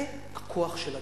זה הכוח של הדבר.